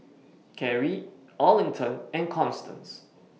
Karrie Arlington and Constance